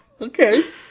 okay